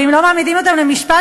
ואם לא מעמידים אותם למשפט,